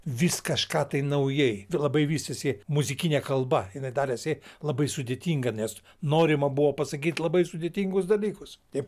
vis kažką tai naujai labai vystėsi muzikinė kalba jinai darėsi labai sudėtinga nes norima buvo pasakyt labai sudėtingus dalykus taip